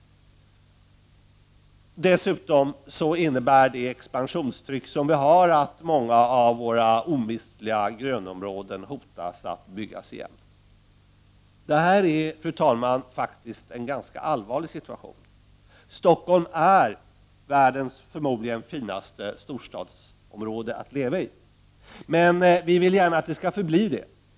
Dessutom innebär det expansionstryck vi har att många av våra omistliga grönområden hotas att byggas igen. Fru talman! Detta är en allvarlig situation. Stockholm är förmodligen världens finaste storstadsområde att leva i. Men vi vill gärna att det skall förbli så.